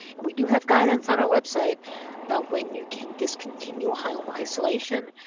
and we do have guidance on our website about when you can discontinue home isolation.